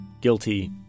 Guilty